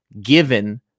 given